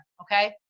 okay